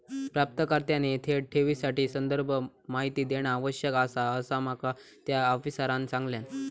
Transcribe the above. प्राप्तकर्त्याने थेट ठेवीसाठी संदर्भ माहिती देणा आवश्यक आसा, असा माका त्या आफिसरांनं सांगल्यान